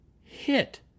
hit